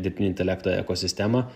dirbtinio intelekto ekosistemą